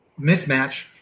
mismatch